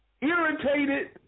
irritated